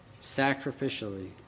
sacrificially